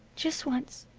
just once.